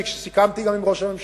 כי כפי שסיכמתי גם עם ראש הממשלה,